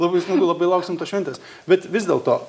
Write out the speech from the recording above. labai smagu labai lauksim tos šventės bet vis dėl to